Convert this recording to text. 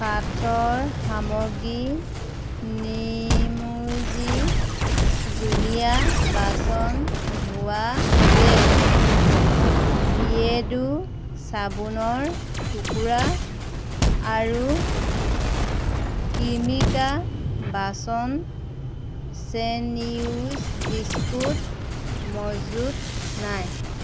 কাৰ্টৰ সামগ্ৰী নিমইজি জুলীয়া বাচন ধোৱা জেল বিয়েৰ্ডো চাবোনৰ টুকুৰা আৰু ক্ৰিমিকা বাচন চেণ্ডউইচ বিস্কুট মজুত নাই